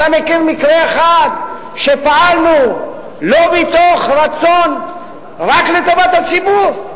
אתה מכיר מקרה אחד שפעלנו לא מתוך רצון רק לטובת הציבור?